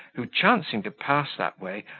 who, chancing to pass that way,